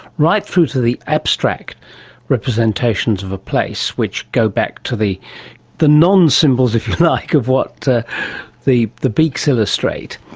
right through to the abstract representations of a place which go back to the the non-symbols, if you like, of what the the beaks illustrate,